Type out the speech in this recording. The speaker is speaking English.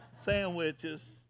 sandwiches